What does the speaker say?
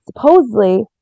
Supposedly